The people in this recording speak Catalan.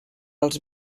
als